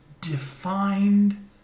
defined